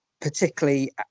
particularly